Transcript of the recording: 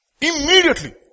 Immediately